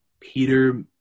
Peter